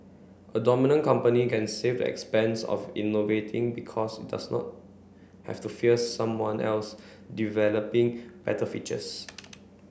a dominant company can save the expense of innovating because it does not have to fear someone else developing better features